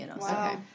Wow